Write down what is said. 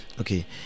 okay